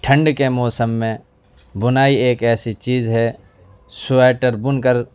ٹھنڈ کے موسم میں بنائی ایک ایسی چیج ہے سویٹر بن کر